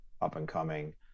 up-and-coming